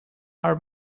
are